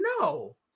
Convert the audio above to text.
No